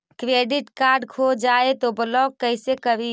Credit card खो जाए तो ब्लॉक कैसे करी?